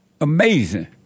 Amazing